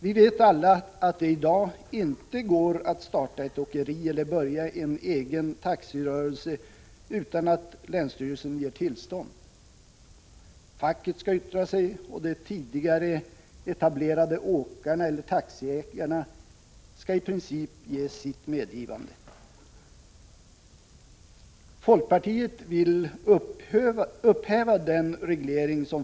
Vi vet alla att det i dag inte går att starta ett åkeri eller börja en egen taxirörelse utan att länsstyrelsen ger tillstånd, facket yttrar sig och de tidigare etablerade åkarna eller taxiägarna i princip ger sitt medgivande.